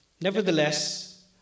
Nevertheless